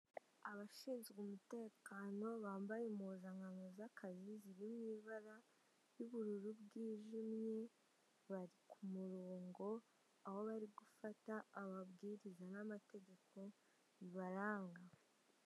Ashinzwe umutekano bambaye impuzankano z'akazi ziri mu ibara ry'ubururu bwijimye bari ku murngo aho bari gufata amabwiriza n'amategeko bibaranga.